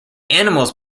animals